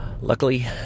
luckily